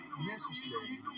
necessary